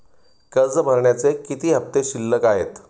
कर्ज भरण्याचे किती हफ्ते शिल्लक आहेत?